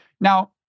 Now